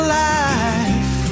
life